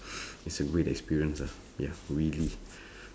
is a great experience ah ya really